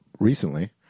recently